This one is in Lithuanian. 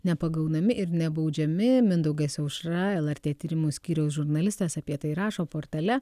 nepagaunami ir nebaudžiami mindaugas aušra lrt tyrimų skyriaus žurnalistas apie tai rašo portale